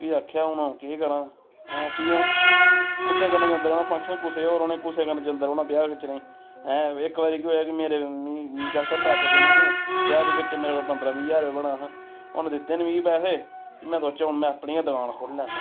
फ्ही आखेआ हून अ'ऊं केह् करां ऐं फ्ही अ'ऊं कुसै कन्नै जंदे रौह्ना फंक्शन कुसै होर होने कुसै कन्नै जंदे रौह्ना ब्याह् खिच्चने गी ऐं इक बारी केह् होआ कि मेरे मी जागत पैसे देने हे ब्याह् ब्यू खिच्चे मेरे को पंदरां बीह् ज्हार रपेआ बना दा हा उन्न दित्ते निं मिगी पैहे में सोचेआ हून में अपनी गै दकान खोल्ली लैन्नां